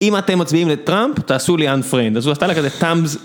אם אתם מוצביעים לטראמפ, תעשו לי אן פרינד, אז הוא עשתה לה כזה תאמז.